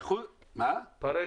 פרטו.